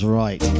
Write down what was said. right